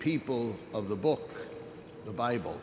people of the book the bible